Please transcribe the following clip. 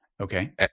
Okay